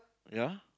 ya